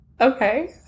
Okay